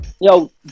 Yo